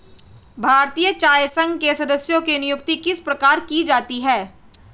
भारतीय चाय संघ के सदस्यों की नियुक्ति किस प्रकार की जाती है?